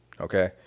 Okay